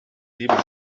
leben